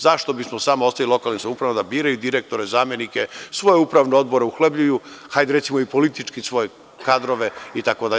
Zašto bismo samo ostavili lokalnoj samoupravi da biraju direktore, zamenike, svoje upravne odbore uhlebljuju, hajde, recimo, i svoje kadrove itd.